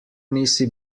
nisi